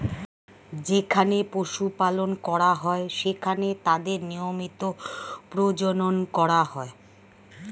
যেখানে পশু পালন করা হয়, সেখানে তাদের নিয়মিত প্রজনন করা হয়